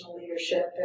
leadership